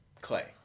Clay